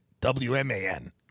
W-M-A-N